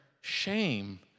shame